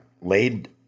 laid